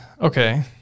okay